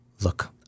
Look